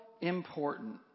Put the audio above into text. important